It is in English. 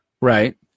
Right